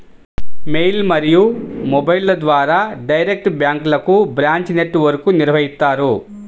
mail మరియు మొబైల్ల ద్వారా డైరెక్ట్ బ్యాంక్లకు బ్రాంచ్ నెట్ వర్క్ను నిర్వహిత్తారు